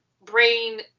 brain